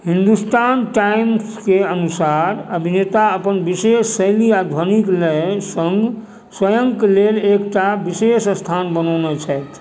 Hindustan Times के अनुसार अभिनेता अपन विशेष शैली आ ध्वनिक लय सङ्ग स्वयंक लेल एकटा विशेष स्थान बनओने छथि